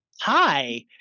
hi